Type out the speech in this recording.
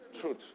truth